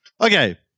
Okay